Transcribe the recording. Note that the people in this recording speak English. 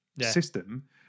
system